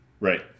Right